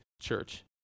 church